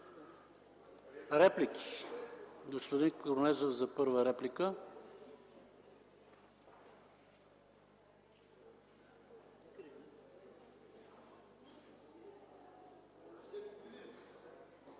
Реплики? Господин Корнезов – първа реплика.